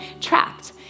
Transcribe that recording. trapped